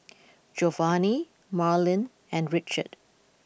Geovanni Marlyn and Richard